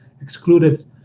excluded